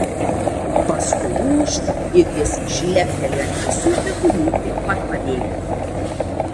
paskui ūžt ir jis šleptelėjo ant visų keturių prie pat pabėgių